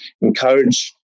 encourage